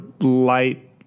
light